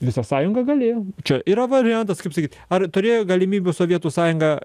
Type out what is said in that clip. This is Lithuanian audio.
visa sąjunga galėjo čia yra variantas kaip sakyt ar turėjo galimybių sovietų sąjunga